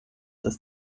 des